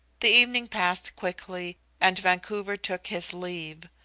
the evening passed quickly, and vancouver took his leave.